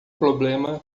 problema